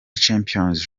champions